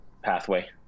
pathway